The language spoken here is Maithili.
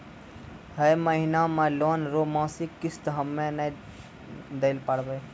है महिना मे लोन रो मासिक किस्त हम्मे नै दैल पारबौं